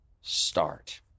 start